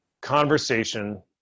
conversation